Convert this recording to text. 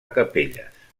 capelles